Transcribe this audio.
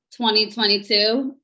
2022